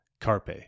carpe